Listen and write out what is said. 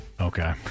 Okay